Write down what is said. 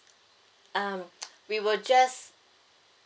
um we will just